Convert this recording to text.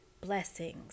blessings